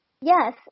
Yes